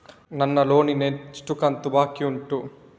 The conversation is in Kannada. ನನ್ನ ಲೋನಿನ ಎಷ್ಟು ಕಂತು ಬಾಕಿ ಉಂಟು?